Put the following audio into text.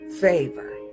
favor